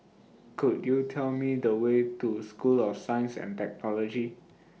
Could YOU Tell Me The Way to School of Science and Technology